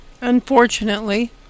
Unfortunately